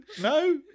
no